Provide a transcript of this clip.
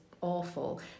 awful